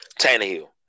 Tannehill